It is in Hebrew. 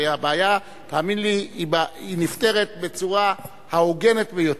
והבעיה, תאמין לי, היא נפתרת בצורה ההוגנת ביותר.